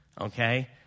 okay